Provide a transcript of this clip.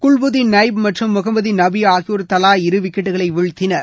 குல்புதீன் நைப் மற்றும் முகமது நபி ஆகியோர் தலா இரு விக்கெட்டுகளை வீழ்த்தினர்